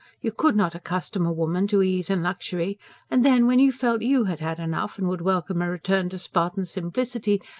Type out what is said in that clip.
you could not accustom a woman to ease and luxury and then, when you felt you had had enough and would welcome a return to spartan simplicity,